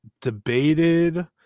debated